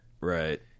Right